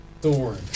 Thorn